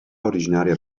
originaria